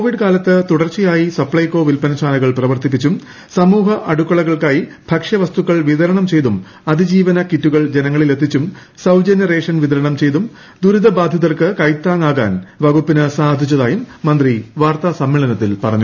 Covid കാലത്ത് തുടർച്ചയായി സ്പ്ലൈകോ വിൽപ്പനശാലകൾ പ്രവർത്തിപ്പിച്ചും സമൂഹ അടുക്കളകൾക്കായി ഭക്ഷ്യ വസ്തുക്കൾ വിതരണം ചെയ്തും അതിജീവനക്കിറ്റുകൾ ജനങ്ങളിൽ എത്തിച്ചും സൌജന്യ റേഷൻ വിതരണം ചെയ്തും ദുരിതബാധിതർക്ക് കൈത്താങ്ങാകാൻ വകുപ്പിന് സാധിച്ചതായും മന്ത്രി വാർത്താസ്ക്മേളനത്തിൽ പറഞ്ഞു